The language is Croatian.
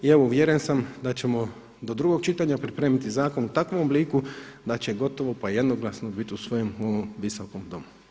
I evo uvjeren sam da ćemo do drugog čitanja pripremiti zakon u takvom obliku da će gotovo pa jednoglasno biti usvojen u ovom Visokom domu.